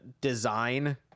design